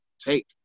take